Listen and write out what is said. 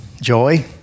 joy